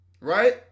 Right